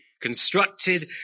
constructed